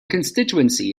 constituency